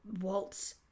waltz